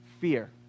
fear